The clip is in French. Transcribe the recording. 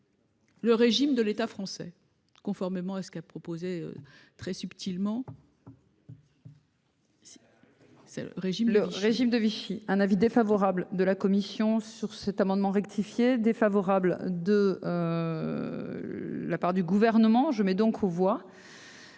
Le régime de l'état français conformément à ce qu'a proposé très subtilement. C'est le régime le régime de Vichy un avis défavorable de la commission sur cet amendement rectifier défavorable de. La part du gouvernement. Je mets donc aux voix.